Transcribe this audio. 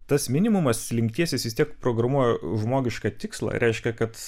tas minimumas slinkties jis vis tiek programuoja žmogišką tikslą reiškia kad